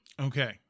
okay